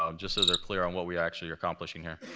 um just so they're clear um what we're actually accomplishing here?